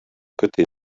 côté